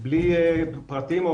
בלי פרטים,